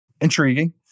intriguing